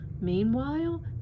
Meanwhile